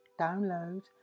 download